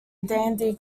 dandy